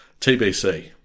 TBC